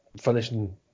finishing